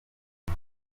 uyu